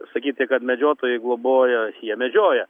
sakyti kad medžiotojai globojo jie medžioja